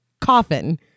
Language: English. coffin